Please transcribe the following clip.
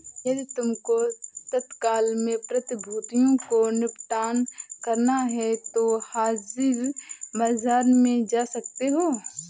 यदि तुमको तत्काल में प्रतिभूतियों को निपटान करना है तो हाजिर बाजार में जा सकते हो